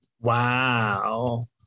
Wow